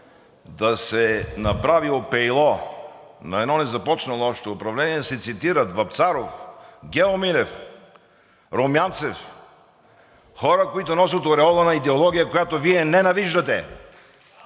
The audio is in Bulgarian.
да се направи опело на едно незапочнало още управление, се цитират Вапцаров, Гео Милев, Румянцев – хора, които носят ореола на идеология, която Вие ненавиждате